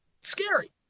scary